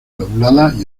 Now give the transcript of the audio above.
lobuladas